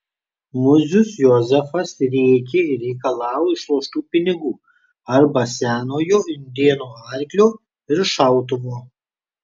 murzius jozefas rėkė ir reikalavo išloštų pinigų arba senojo indėno arklio ir šautuvo